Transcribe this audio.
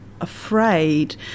Afraid